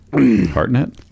Hartnett